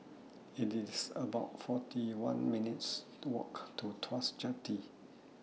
It's about forty one minutes' Walk to Tuas Jetty